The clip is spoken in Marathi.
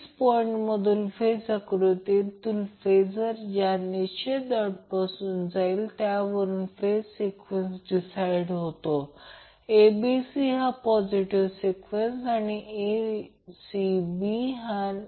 93 j2 होईल कारण काही रेंज दिली आहे येथे काहीतरी मिळाले येथे काहीतरी मिळाले परंतु 2 आणि 8 दरम्यान XC जवळचे मूल्य 2 आहे म्हणून आता ZT ला हे मूल्य मिळाले